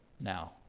now